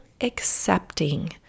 accepting